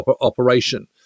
operation